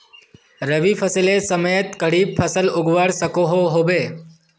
रवि फसलेर समयेत खरीफ फसल उगवार सकोहो होबे?